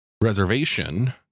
reservation